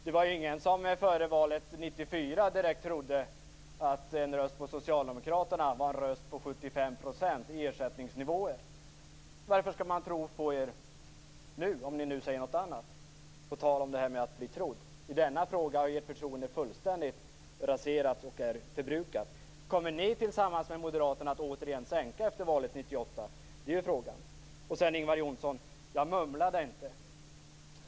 Det var ju ingen som före valet 1994 direkt trodde att en röst på socialdemokraterna var en röst på 75 % i ersättningsnivåer. På tal om detta med att bli trodd undrar jag varför man skall tro på er nu, om ni nu säger något annat. I denna fråga har ju ert förtroende fullständigt raserats. Det är förbrukat. Kommer ni tillsammans med moderaterna att återigen sänka ersättningsnivån efter valet 1998? Det är frågan. Ingvar Johnsson! Jag mumlade inte.